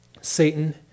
Satan